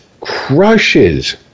crushes